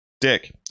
Dick